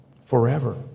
forever